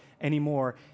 anymore